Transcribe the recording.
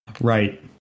Right